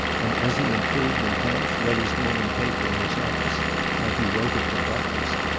and as he improved in health, read his morning paper in his office while he waited for breakfast.